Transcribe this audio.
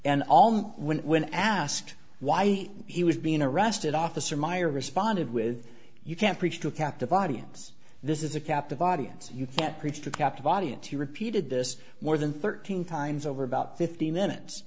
and when asked why he was being arrested officer meyer responded with you can't preach to a captive audience this is a captive audience you can't preach to captive audience he repeated this more than thirteen times over about fifteen minutes